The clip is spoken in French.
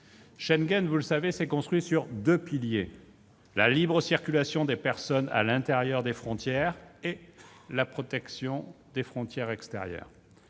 Schengen, vous le savez, s'est construit sur deux piliers : la libre circulation des personnes à l'intérieur des frontières et la protection des frontières extérieures.